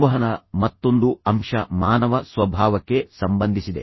ಸಂವಹನದ ಮತ್ತೊಂದು ಅಂಶ ಮಾನವ ಸ್ವಭಾವಕ್ಕೆ ಸಂಬಂಧಿಸಿದೆ